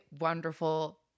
wonderful